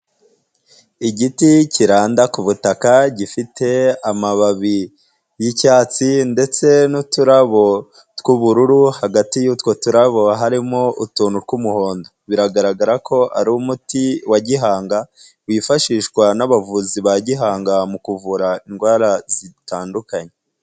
Igiti kiranda ku butaka gifite amababi y'icyatsi ndetse n'uturabo tw'ubururu hagati y'utwo turarabo harimo utuntu tw'umuhondo, biragaragara ko ari umuti wa gihanga wifashishwa n'abavuzi ba gihanga mu kuvura indwara zitandukanye.